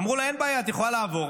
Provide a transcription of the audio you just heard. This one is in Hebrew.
אמרו לה: אין בעיה, את יכולה לעבור,